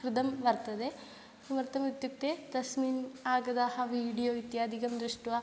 कृतं वर्तते किमर्थमित्युक्ते तस्मिन् आगताः वीडियो इत्यादिकं दृष्ट्वा